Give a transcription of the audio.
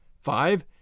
Five